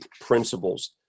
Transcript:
principles